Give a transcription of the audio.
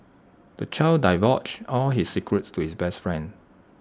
the child divulged all his secrets to his best friend